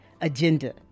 agenda